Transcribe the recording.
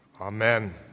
Amen